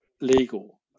legal